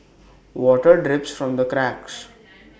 water drips from the cracks